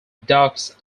ducks